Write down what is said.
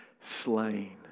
slain